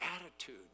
attitude